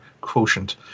quotient